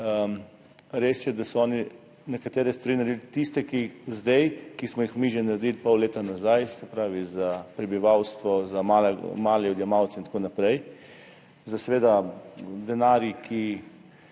Res je, da so oni nekatere stvari naredili zdaj, ki smo jih mi naredili že pol leta nazaj, se pravi za prebivalstvo, za male odjemalce in tako naprej, z denarjem, ki